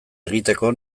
egiteko